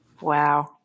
Wow